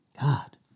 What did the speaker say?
God